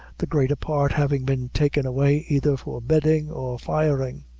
the greater part having been taken away either for bedding or firing.